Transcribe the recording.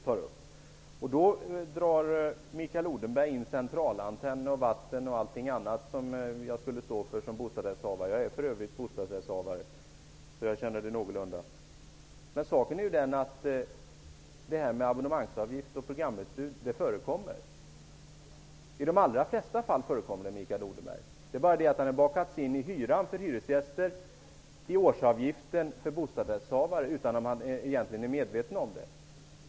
Mikael Odenberg drar in frågor om centralantenn, vatten och annat som jag i egenskap av bostadsrättshavare skulle stå för -- jag är för övrigt bostadsrättshavare, så jag känner någorlunda till detta. Men saken är ju den att detta med abonnemangsavgift och programutbud förekommer. I de allra flesta fall förekommer det, Mikael Odenberg. Det är bara det att den har bakats in i hyran för hyresgäster och i årsavgiften för bostadsrättshavare utan att man egentligen är medveten om det.